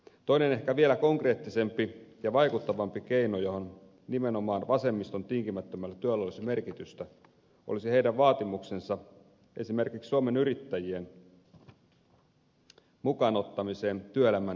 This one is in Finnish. toinen ehkä vielä konkreettisempi ja vaikuttavampi keino jossa nimenomaan vasemmiston tinkimättömällä työllä olisi merkitystä olisi heidän vaatimuksensa esimerkiksi suomen yrittäjien mukaan ottamisesta työelämän kysymyksien ratkaisemiseksi